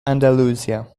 andalusia